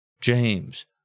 James